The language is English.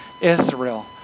Israel